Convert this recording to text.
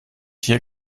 hier